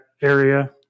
area